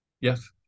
Yes